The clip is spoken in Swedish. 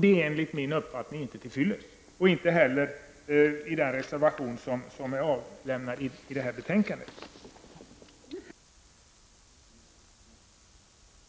Det är enligt min uppfattning och enligt reservation 5 i betänkandet inte till fyllest.